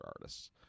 artists